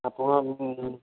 ଆପଣ ଆମୁ